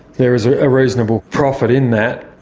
there is a reasonable profit in that.